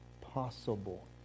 possible